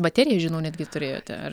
bateriją žinau netgi turėjote ar